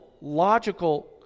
logical